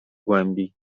głębi